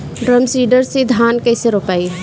Drum seeder से धान कैसे रोपाई?